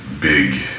big